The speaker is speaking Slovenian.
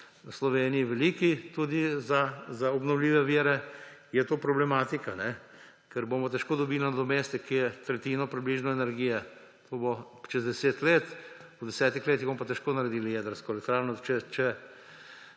veliki tudi za obnovljive vire, je to problematika, ker bomo težko dobili nadomestek, ki je približno tretjino energije. To bo čez 10 let, v desetih letih bomo pa težko naredili jedrsko elektrarno, če